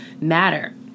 matter